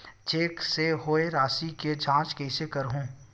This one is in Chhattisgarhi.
चेक से होए राशि के जांच कइसे करहु?